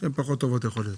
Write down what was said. שהן פחות טובות יכול להיות,